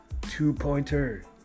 Two-pointer